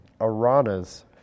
Arana's